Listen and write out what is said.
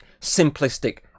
simplistic